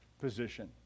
position